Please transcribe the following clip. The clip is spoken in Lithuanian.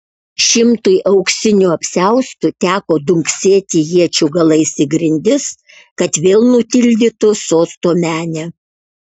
šimtui auksinių apsiaustų teko dunksėti iečių galais į grindis kad vėl nutildytų sosto menę